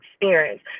experience